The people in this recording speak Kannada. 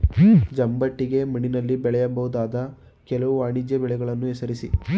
ಜಂಬಿಟ್ಟಿಗೆ ಮಣ್ಣಿನಲ್ಲಿ ಬೆಳೆಯಬಹುದಾದ ಕೆಲವು ವಾಣಿಜ್ಯ ಬೆಳೆಗಳನ್ನು ಹೆಸರಿಸಿ?